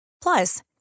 Plus